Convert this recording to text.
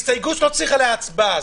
הסתייגויות לצורך רשות דיבור במליאה,